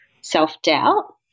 self-doubt